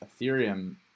ethereum